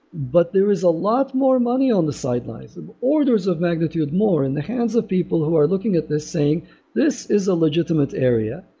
but there is a lot more money on the sidelines, and or there is a magnitude more in the hands of people who are looking at this saying, this is a legitimate area.